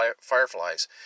fireflies